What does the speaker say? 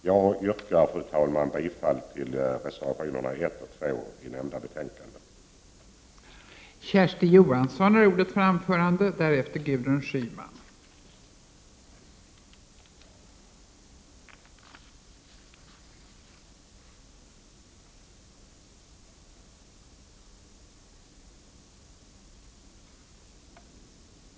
Jag yrkar, fru talman, bifall till reservationerna 1 och 2 vid arbetsmarknadsutskottets betänkande nr 2.